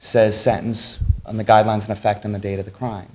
says sentence on the guidelines in effect on the date of the crime